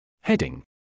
Heading